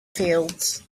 fields